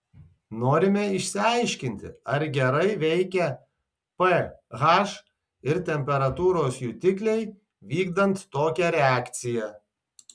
norime išsiaiškinti ar gerai veikia ph ir temperatūros jutikliai vykdant tokią reakciją